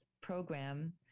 program